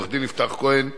עו"ד יפתח כהן נ'